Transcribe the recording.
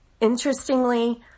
interestingly